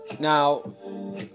Now